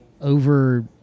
over